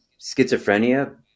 schizophrenia